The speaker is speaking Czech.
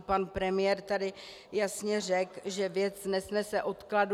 Pan premiér tady jasně řekl, že věc nesnese odkladu.